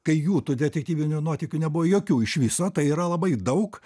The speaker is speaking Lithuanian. kai jų tų detektyvinių nuotykių nebuvo jokių iš viso tai yra labai daug